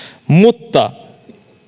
mutta